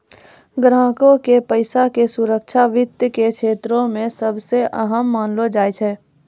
ग्राहको के पैसा के सुरक्षा वित्त के क्षेत्रो मे सभ से अहम मानलो जाय छै